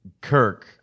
Kirk